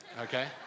okay